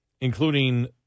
including